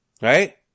right